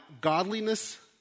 godliness